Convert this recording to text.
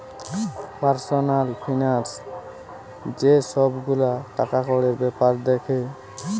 personal finance যে সব গুলা টাকাকড়ির বেপার দ্যাখে